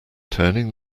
turning